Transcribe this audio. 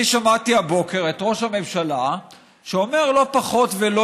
אני שמעתי הבוקר את ראש הממשלה אומר לא פחות ולא